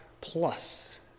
plus